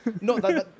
No